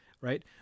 right